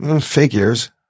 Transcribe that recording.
Figures